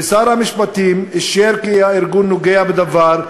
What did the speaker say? ושר המשפטים אישר כי הארגון נוגע בדבר,